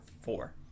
Four